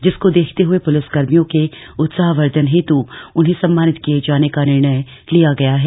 जिसको देखते हुए पुलिस कर्मियों के उत्साहवर्धन हेतु उन्हें सम्मानित किये जाने का निर्णय लिया गया है